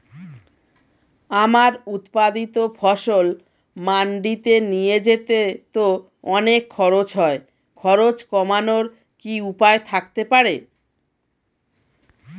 আমার উৎপাদিত ফসল মান্ডিতে নিয়ে যেতে তো অনেক খরচ হয় খরচ কমানোর কি উপায় থাকতে পারে?